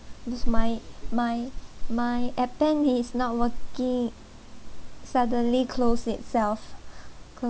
is my my my appen is not working suddenly closed itself